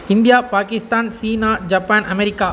India Pakistan China Japan America